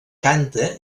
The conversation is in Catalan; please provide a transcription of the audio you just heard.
canta